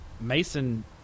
Mason